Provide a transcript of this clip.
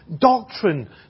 doctrine